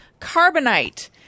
Carbonite